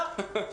לא,